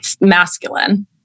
masculine